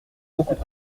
beaucoup